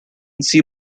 see